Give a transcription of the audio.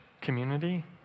community